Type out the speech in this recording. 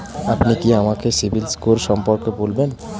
আপনি কি আমাকে সিবিল স্কোর সম্পর্কে বলবেন?